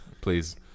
please